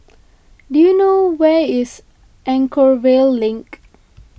do you know where is Anchorvale Link